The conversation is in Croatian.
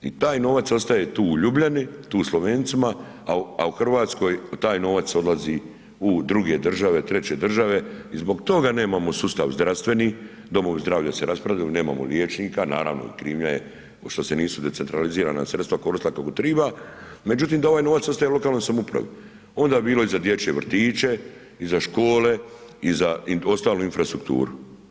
I taj novac ostaje tu u Ljubljani, tu Slovencima a u Hrvatskoj taj novac odlazi u druge države, treće države i zbog toga nemamo sustav zdravstveni, domovi zdravlja se raspadaju, nemamo liječnika, naravno krivnja je što se nisu decentralizirana sredstva koristila kako treba međutim da ovaj novac ostaje u lokalnoj samoupravi, onda bi bilo i za dječje vrtiće i za škole i za ostalu infrastrukturu.